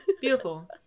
Beautiful